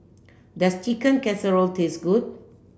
does Chicken Casserole taste good